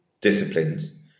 disciplines